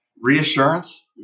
reassurance